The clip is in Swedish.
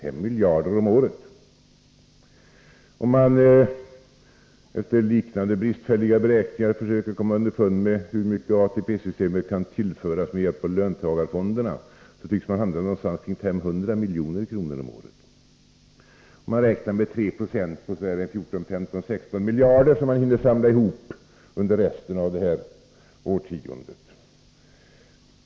Om man på grundval av liknande bristfälliga beräkningar försöker komma underfund med hur mycket ATP-systemet kan tillföras med hjälp av löntagarfonderna, tycks man hamna någonstans vid 500 milj.kr. om året, nämligen om man räknar med 3 96 på de ca 14-16 miljarder kronor som hinner samlas ihop under resten av detta årtionde.